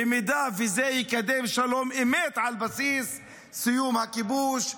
במידה שזה יקדם שלום אמת על בסיס סיום הכיבוש,